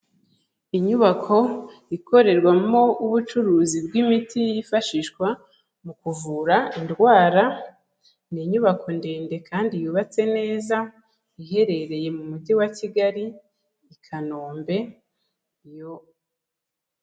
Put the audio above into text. Inyubako ikorerwamo ubucuruzi bw'imiti yifashishwa mu kuvura indwara, ni inyubako ndende kandi yubatse neza, iherereye mu mujyi wa Kigali i Kanombe, iyo...